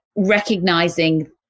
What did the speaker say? Recognizing